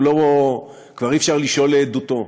כבר אי-אפשר לשאול לעדותו,